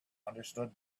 understood